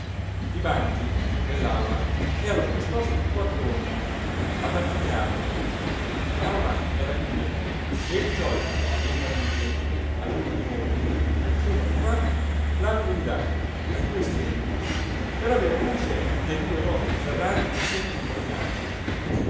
i banchi nell'aula erano disposti in quattro ordini ad anfiteatro l'aula era buja e il ciotta e il vannícoli all'ultimo ordine uno di qua l'altro di là ai due estremi per aver luce dai due occhi ferrati che si aprivano in alto